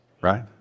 right